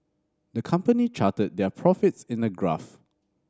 the company charted their profits in a graph